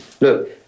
Look